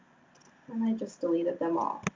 and i just deleted them all.